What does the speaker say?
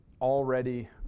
already